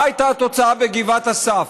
מה הייתה התוצאה בגבעת אסף,